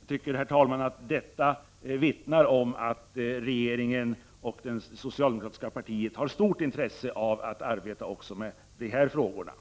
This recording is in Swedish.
Jag tycker, herr talman, att detta vittnar om att regeringen och det socialdemokratiska partiet har stort intresse av att arbeta också med dessa frågor.